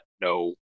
no